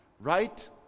right